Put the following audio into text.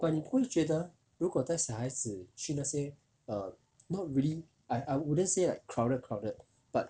but 你不会觉得如果带小孩子去那些 err not really I I wouldn't say like crowded crowded but